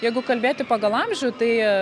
jeigu kalbėti pagal amžių tai